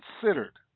considered